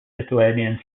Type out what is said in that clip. lithuanians